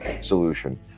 solution